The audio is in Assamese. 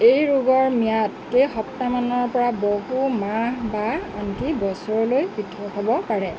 এই ৰোগৰ ম্যাদ কেইসপ্তাহমানৰ পৰা বহু মাহ বা আনকি বছৰলৈ পৃথক হ'ব পাৰে